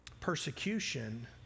persecution